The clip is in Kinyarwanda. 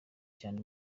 cyane